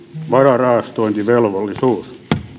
vararahastointivelvollisuus